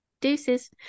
deuces